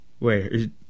Wait